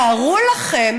תארו לכם